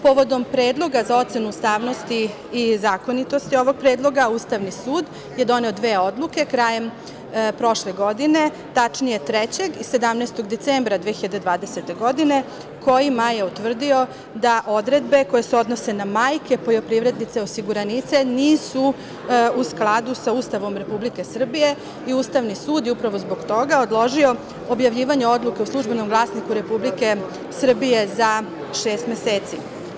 Povodom predloga za ocenu ustavnosti i zakonitosti ovog predloga, Ustavni sud je doneo dve odluke krajem prošle godine, tačnije 3. i 17. decembra 2020. godine kojima je utvrdio da odredbe koje se odnose na majke poljoprivrednice osiguranice nisu u skladu sa Ustavom Republike Srbije i Ustavni sud je upravo zbog toga predložio objavljivanje odluke u Službenom glasniku Republike Srbije za šest meseci.